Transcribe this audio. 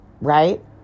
Right